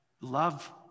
love